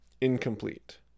Incomplete